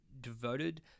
devoted